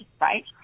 right